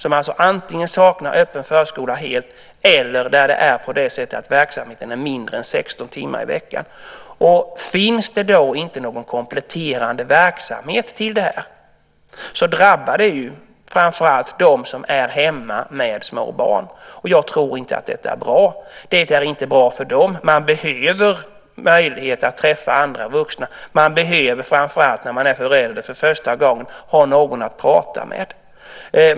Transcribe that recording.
Om det då inte finns någon kompletterande verksamhet så drabbar det framför allt dem som är hemma med små barn. Jag tror inte att detta är bra. Man behöver möjlighet att träffa andra vuxna. Framför allt när man är förälder för första gången behöver man ha någon att prata med.